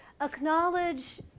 Acknowledge